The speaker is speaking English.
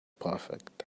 perfect